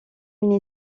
une